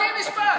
רק משפט,